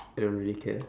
I don't really care